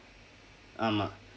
ஆமாம்:aamaam